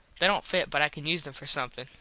they dont fit but i can use them for somethin.